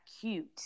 cute